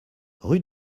rue